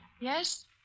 Yes